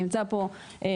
נמצא פה חברנו,